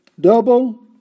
Double